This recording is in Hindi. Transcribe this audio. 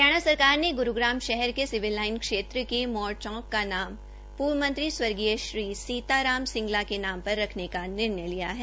हरियाणा सरकार ने ग्रुग्राम शहर के सिविल लाइन क्षेत्र के मोर चौक का नाम पूर्व मंत्री स्वर्गीय श्री सीता राम सिंगला के नाम पर रखने का निर्णय लिया है